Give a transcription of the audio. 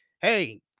hey